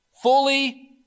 Fully